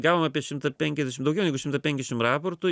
gaunu apie šimtą penkiasdešim daugiau negu šimtą penkiasdešim raportų